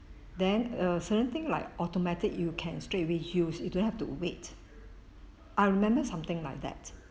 then err certain thing like automatic you can straight away use you don't have to wait I remember something like that